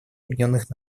объединенных